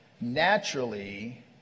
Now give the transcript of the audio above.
naturally